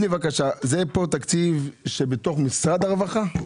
זה תקציב שבתוך משרד הרווחה?